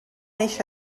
eixa